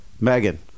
Megan